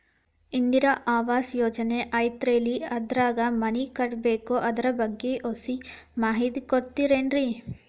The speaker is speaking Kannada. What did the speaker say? ಇಂದಿರಾ ಆವಾಸ ಯೋಜನೆ ಐತೇಲ್ರಿ ಅದ್ರಾಗ ಮನಿ ಕಟ್ಬೇಕು ಅದರ ಬಗ್ಗೆ ಒಸಿ ಮಾಹಿತಿ ಕೊಡ್ತೇರೆನ್ರಿ?